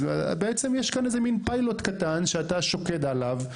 אז בעצם יש כאן איזה מן פיילוט קטן שאתה שוקד עליו,